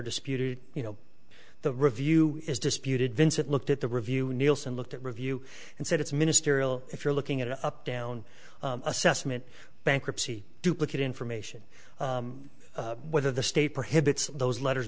disputed you know the review is disputed vincent looked at the review nielsen looked at review and said it's ministerial if you're looking at an up down assessment bankruptcy duplicate information whether the state prohibits those letters